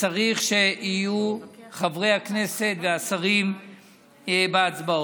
צריך שיהיו חברי הכנסת והשרים בהצבעות.